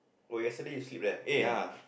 oh yesterday you sleep leh eh ya